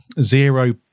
zero